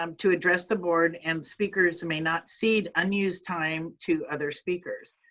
um to address the board and speakers and may not cede unused time to other speakers.